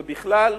ובכלל.